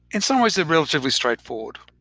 in some ways they're relatively straightforward.